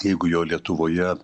jeigu jo lietuvoje